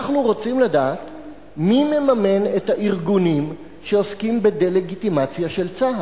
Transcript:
אנחנו רוצים לדעת מי מממן את הארגונים שעוסקים בדה-לגיטימציה של צה"ל.